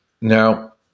Now